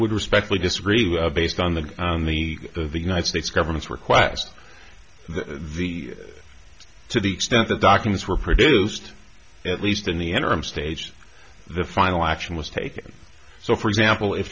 would respectfully disagree based on the on the the united states government's request that the to the extent the documents were produced at least in the interim stage the final action was taken so for example if